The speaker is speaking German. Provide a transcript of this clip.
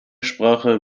sprache